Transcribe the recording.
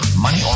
money